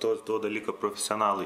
to to dalyko profesionalai